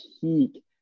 peak